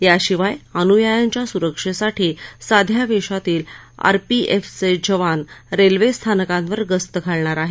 याशिवाय अनुयायांच्या सुरक्षेसाठी साध्या वेषातील आरपीएफचे जवान रेल्वे स्थानकांवर गस्त घालणार आहेत